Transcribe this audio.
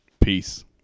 Peace